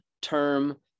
term